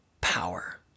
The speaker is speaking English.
power